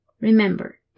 remember